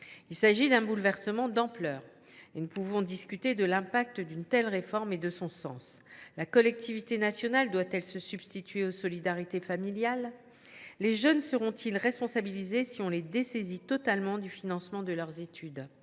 autant d’un bouleversement d’ampleur. Nous pouvons ainsi discuter de l’impact d’une telle réforme et de son sens : la collectivité nationale doit elle se substituer aux solidarités familiales ? Les jeunes seront ils responsabilisés s’ils sont totalement dessaisis du financement de leurs études ?